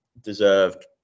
deserved